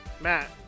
Matt